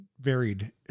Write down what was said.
varied